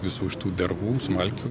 visų šitų dervų smalkių